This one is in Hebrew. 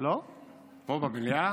פה, במליאה?